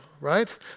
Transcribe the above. right